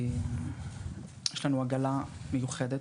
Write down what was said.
יש לנו עגלה מיוחדת,